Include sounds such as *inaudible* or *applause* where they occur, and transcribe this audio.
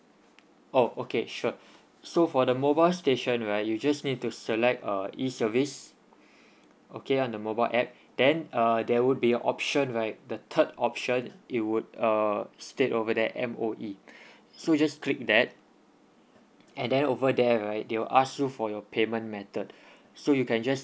oh okay sure *breath* so for the mobile station right you just need to select err E service *breath* okay on the mobile app then uh there would be option right the third option it would uh state over there M_O_E *breath* so just click that and then over there right they will ask you for your payment method *breath* so you can just